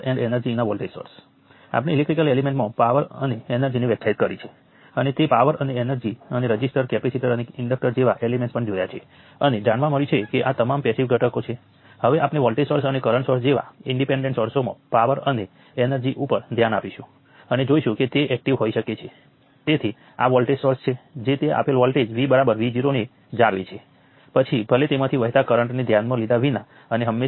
હવે આ દરેક વસ્તુ આપણને કેટલા ઈકવેશન્સ આપે છે મતલબ કે તે સર્કિટ ઉપર જ આધાર રાખે છે સર્કિટના રૂપરેખાંકન આપશે